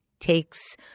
takes